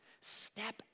Step